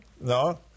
No